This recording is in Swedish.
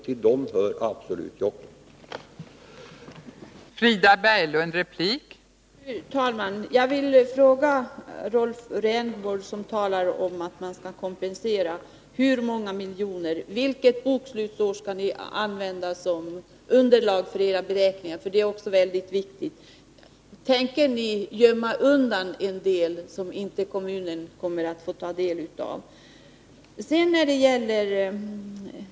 Till dessa hör absolut Jokkmokk.